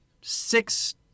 six